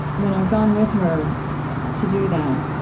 when i've gone with her to do that,